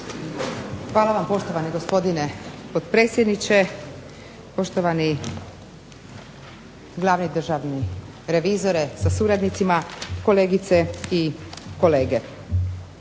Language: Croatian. Hvala vam poštovani gospodine potpredsjedniče, poštovani glavni državni revizore sa suradnicima, kolegice i kolege.